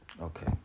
Okay